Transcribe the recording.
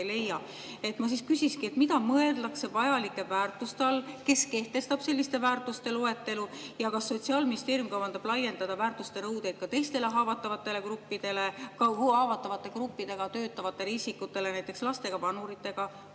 Ma küsisin, mida mõeldakse vajalike väärtuste all. Kes kehtestab selliste väärtuste loetelu? Ja kas Sotsiaalministeerium kavandab laiendada väärtuste nõudeid teistele haavatavatele gruppidele, ka haavatavate gruppidega töötavatele isikutele, näiteks laste, vanurite,